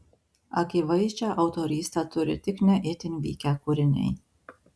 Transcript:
akivaizdžią autorystę turi tik ne itin vykę kūriniai